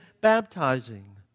baptizing